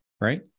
Right